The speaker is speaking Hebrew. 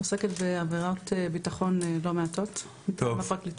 עוסקת בעבירות ביטחון לא מעטות בפרקליטות.